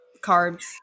carbs